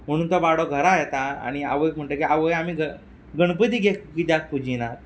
म्हूण तो बाबडो घरा येता आनी आवयक म्हणटा की आवय आमी गणपती गे कित्याक पुजीनात